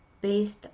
based